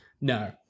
No